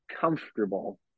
comfortable